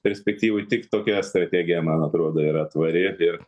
perspektyvoj tik tokia strategija man atrodo yra tvari ir